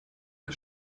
der